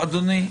אדוני,